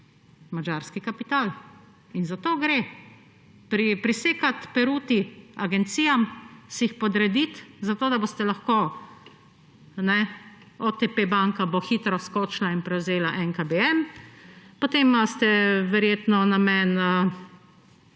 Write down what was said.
Madžarski kapital. In za to gre. Prisekati peruti agencijam, si jih podrediti, da boste lahko, OTP banka bo hitro skočila in prevzela NKBM. Potem imate verjetno namen